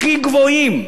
הכי גבוהים,